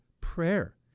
prayer